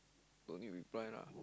no need reply lah